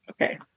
Okay